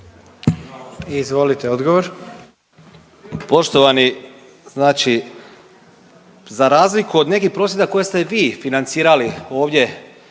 suverenisti)** Poštovani znači za razliku od nekih prosvjeda koje ste vi financirali ovdje